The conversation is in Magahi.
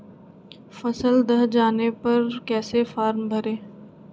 फसल दह जाने पर कैसे फॉर्म भरे?